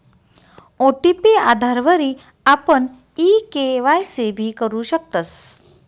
OTP आधारवरी आपण e KYC भी करु शकतस